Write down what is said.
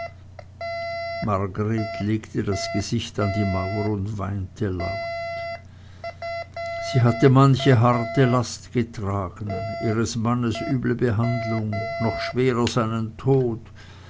legte das gesicht an die mauer und weinte laut sie hatte manche harte last getragen ihres mannes üble behandlung noch schwerer seinen tod